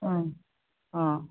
ꯑꯥ ꯑꯥ